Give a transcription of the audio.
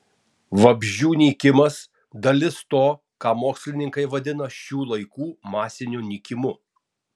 vabzdžių nykimas dalis to ką mokslininkai vadina šių laikų masiniu nykimu